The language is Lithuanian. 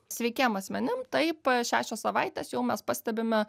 sveikiem asmenim taip šešios savaitės jau mes pastebime